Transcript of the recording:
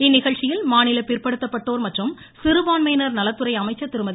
இந்நிகழ்ச்சியில் மாநில பிற்படுத்தப்பட்டோர் மற்றும் சிறுபான்மையினர் நலத்துறை அமைச்சர் திருமதி